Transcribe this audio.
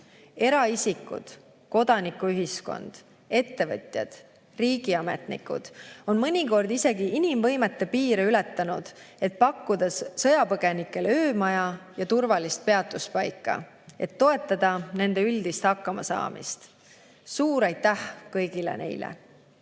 Eraisikud, kodanikuühiskond, ettevõtjad, riigiametnikud on mõnikord isegi inimvõimete piire ületanud, pakkudes sõjapõgenikele öömaja ja turvalist peatuspaika, et toetada nende üldist hakkamasaamist. Suur aitäh kõigile neile!